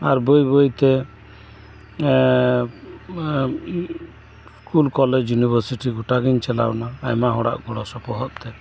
ᱟᱨ ᱵᱟᱹᱭ ᱵᱟᱹᱭᱛᱮ school college university ᱜᱚᱴᱟ ᱜᱤᱧ ᱪᱟᱞᱟᱣᱮᱱᱟ ᱟᱭᱢᱟ ᱦᱚᱲᱟᱜ ᱜᱚᱲᱚ ᱥᱚᱯᱚᱦᱚᱫ ᱛᱮ